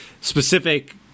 specific